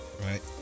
right